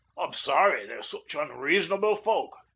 i'm sorry they're such unreasonable folk.